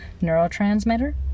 neurotransmitter